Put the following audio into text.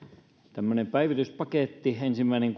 tämmöinen päivityspaketti ensimmäinen